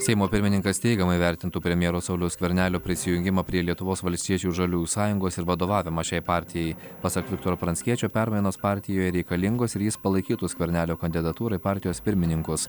seimo pirmininkas teigiamai vertintų premjero sauliaus skvernelio prisijungimą prie lietuvos valstiečių ir žaliųjų sąjungos ir vadovavimą šiai partijai pasak viktoro pranckiečio permainos partijoje reikalingos ir jis palaikytų skvernelio kandidatūrą į partijos pirmininkus